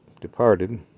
departed